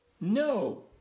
no